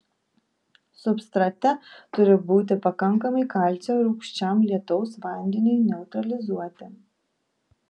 substrate turi būti pakankamai kalcio rūgščiam lietaus vandeniui neutralizuoti